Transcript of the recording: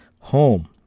home